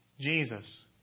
Jesus